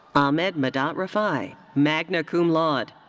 ahmed medhat refai, magna cum laude.